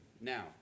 Now